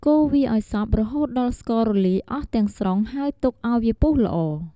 កូរវាឱ្យសព្វរហូតដល់ស្កររលាយអស់ទាំងស្រុង ហើយទុកអោយវាពុះល្អ។